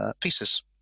pieces